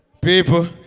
People